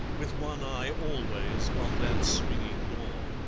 with one eye always on that swinging door.